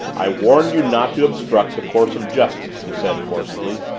i warn you not to obstruct the course of justice! he said forcibly.